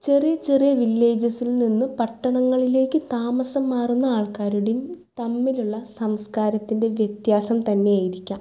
ചെറിയ ചെറിയ വില്ലജെസ്സിൽ നിന്നും പട്ടണങ്ങൾലേക്ക് താമസം മാറുന്ന ആൾക്കാരുടേം തമ്മിലുള്ള സംസ്കാരത്തിൻ്റെ വ്യത്യാസം തന്നെയായിരിക്കാം